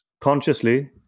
consciously